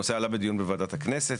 הנושא עלה בדיון בוועדת הכנסת,